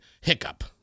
Hiccup